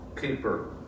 keeper